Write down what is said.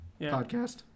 Podcast